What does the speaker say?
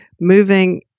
moving